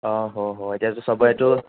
অ'হ হ হ এতিয়াতো সবৰেতো